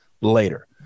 later